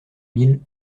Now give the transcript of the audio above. mille